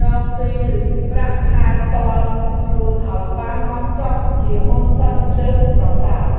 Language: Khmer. កស៊ីឬប្រាក់ខែផ្ទាល់ខ្លួនឱ្យបានហ្មត់ចត់ជាមុនសិនទើបប្រសើរ។